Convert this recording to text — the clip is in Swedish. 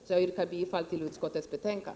Jag yrkar alltså bifall till utskottets hemställan.